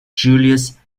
julius